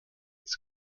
des